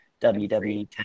WWE